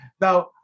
Now